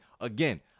again